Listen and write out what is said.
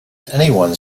anyone